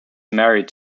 married